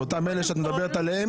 זה אותם אלה שאת מדברת עליהם?